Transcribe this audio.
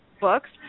books